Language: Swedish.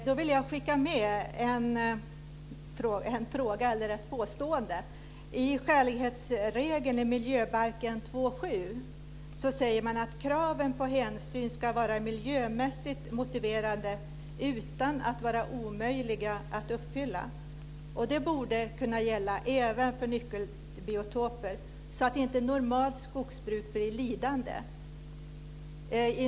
Fru talman! Tack så mycket, statsrådet! Då vill jag skicka med ett påstående. I skälighetsregeln i miljöbalken 2:7 säger man att kraven på hänsyn ska vara miljömässigt motiverade utan att vara omöjliga att uppfylla. Det borde kunna gälla även för nyckelbiotoper, så att normalt skogsbruk inte blir lidande.